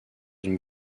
une